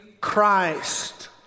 christ